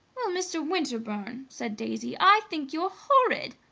well, mr. winterbourne, said daisy, i think you're horrid!